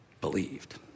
believed